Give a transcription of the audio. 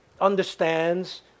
understands